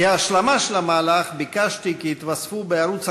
כהשלמה של המהלך ביקשתי כי יתווספו לערוץ